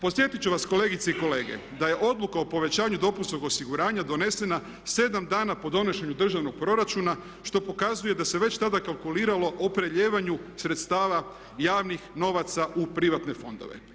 Podsjetit ću vas kolegice i kolege da je Odluka o povećanju dopunskog osiguranja donesena sedam dana po donošenju državnog proračuna što pokazuje da se već tada kalkulirano o prelijevanju sredstava javnih novaca u privatne fondove.